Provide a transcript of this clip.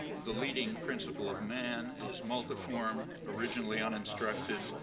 the leading principle of man is multi-form, originally uninstructed,